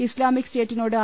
Islamic സ്റ്റേറ്റിനോട്ട്